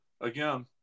again